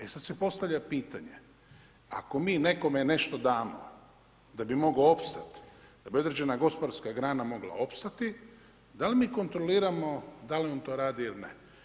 E sad se postavlja pitanje ako mi nekome nešto damo da bi mogao opstati, da bi određena gospodarska grana mogla opstati, da li mi kontroliramo da li on to radi ili ne.